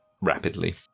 rapidly